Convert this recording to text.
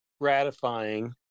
gratifying